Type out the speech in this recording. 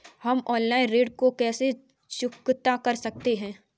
हम ऑनलाइन ऋण को कैसे चुकता कर सकते हैं?